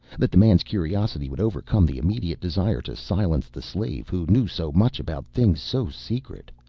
that the man's curiosity would overcome the immediate desire to silence the slave who knew so much about things so secret,